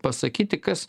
pasakyti kas